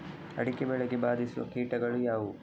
ಅಡಿಕೆ ಬೆಳೆಗೆ ಬಾಧಿಸುವ ಕೀಟಗಳು ಯಾವುವು?